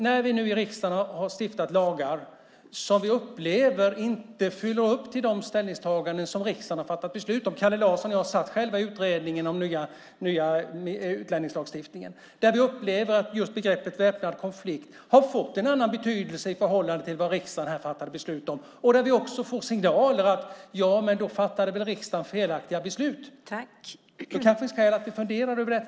När vi nu i riksdagen har stiftat lagar som vi upplever inte motsvarar de ställningstaganden som riksdagen har fattat beslut om - Kalle Larsson och jag satt i utredningen om den nya utlänningslagstiftningen - och när vi upplever att begreppet väpnad konflikt har fått en annan betydelse än vad riksdagen fattade beslut om och när vi får signaler om att riksdagen fattade felaktiga beslut kanske vi ska fundera över det.